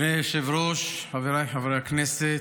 אדוני היושב-ראש, חבריי חברי הכנסת,